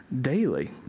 daily